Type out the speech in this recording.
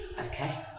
Okay